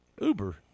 uber